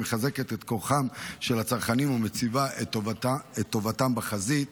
היא מחזקת את כוחם של הצרכנים ומציבה את טובתם בחזית.